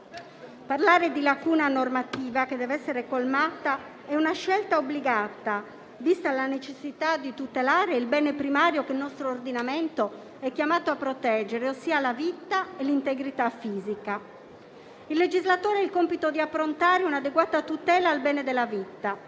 Parlare di lacuna normativa che deve essere colmata è una scelta obbligata, vista la necessità di tutelare il bene primario che il nostro ordinamento è chiamato a proteggere, ossia la vita e l'integrità fisica. Il legislatore ha il compito di approntare un'adeguata tutela al bene della vita.